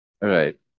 Right